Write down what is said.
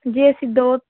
ਜੀ ਅਸੀਂ ਦੋ